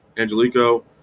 Angelico